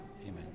Amen